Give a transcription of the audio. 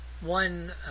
one